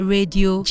Radio